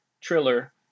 Triller